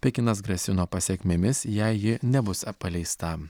pekinas grasino pasekmėmis jei ji nebus a paleista